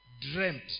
dreamt